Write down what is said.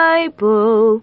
Bible